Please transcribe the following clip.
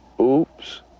Oops